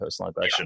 personalization